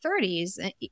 30s